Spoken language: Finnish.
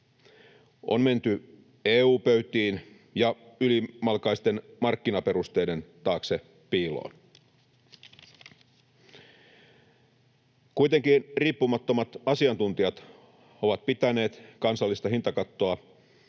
On menty EU-pöytiin ja ylimalkaisten markkinaperusteiden taakse piiloon. Kuitenkin riippumattomat asiantuntijat ovat pitäneet kansallista hintakattoa